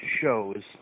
shows